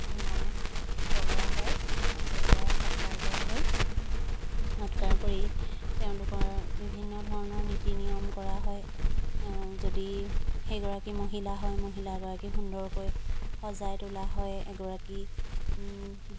ধূনা জ্বলোৱা হয় জ্বলোৱাই সৎকাৰ কৰা হয় সৎকাৰ কৰি তেওঁলোকৰ বিভিন্ন ধৰণৰ নীতি নিয়ম কৰা হয় যদি সেইগৰাকী মহিলা হয় মহিলাগৰাকী সুন্দৰকৈ সজাই তোলা হয় এগৰাকী